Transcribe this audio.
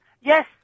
Yes